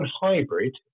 hybrid